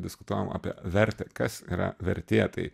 diskutuojam apie vertę kas yra vertė tai